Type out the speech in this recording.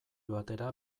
batera